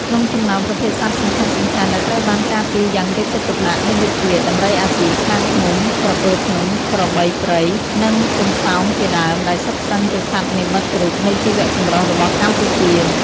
ក្នុងចំណោមប្រភេទសត្វសំខាន់ៗដែលត្រូវបានការពារយ៉ាងយកចិត្តទុកដាក់ មានដូចជា ដំរីអាស៊ី ខ្លាឃ្មុំ ក្រពើភ្នំ ក្របីព្រៃ និងទន្សោងជាដើម ដែលសុទ្ធសឹងជាសត្វនិមិត្តរូបនៃជីវៈចម្រុះរបស់កម្ពុជា។